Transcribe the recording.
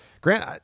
Grant